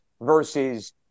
versus